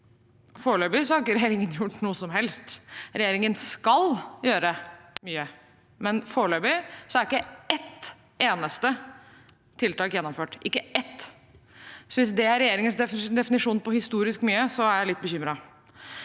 Foreløpig har ikke regjeringen gjort noe som helst. Regjeringen skal gjøre mye, men foreløpig er ikke ett eneste tiltak gjennomført – ikke ett. Så hvis det er regjeringens definisjon på historisk mye, er jeg litt bekymret.